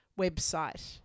website